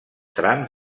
trams